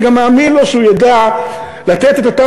אני גם מאמין לו שהוא ידע לתת את אותם